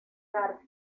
arte